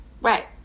Right